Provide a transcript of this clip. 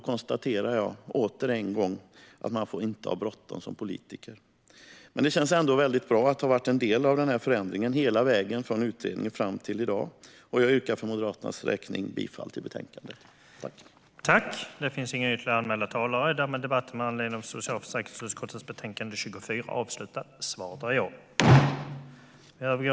Man får inte ha bråttom som politiker. Det känns ändå bra att ha varit en del av förändringen, hela vägen från utredningen fram till i dag. Jag yrkar för Moderaternas räkning bifall till förslaget i betänkandet.